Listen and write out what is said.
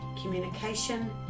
communication